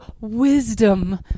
wisdom